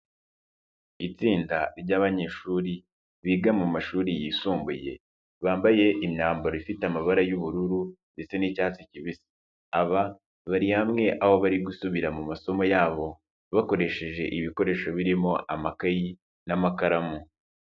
Itsinda ry'abanyeshuri biga mu mashuri yisumbuye, bambaye imyambaro ifite amabara y'ubururu ndetse n'icyatsi kibisi, aba bari hamwe aho bari gusubira mu masomo yabo, bakoresheje ibikoresho birimo amakayi n'amakaramu.